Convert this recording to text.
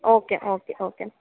okay okay okay